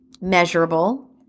measurable